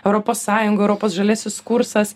europos sąjunga europos žaliasis kursas